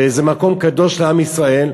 וזה מקום קדוש לעם ישראל,